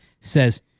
says